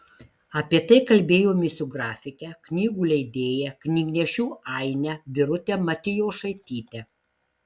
apie tai kalbėjomės su grafike knygų leidėja knygnešių aine birute matijošaityte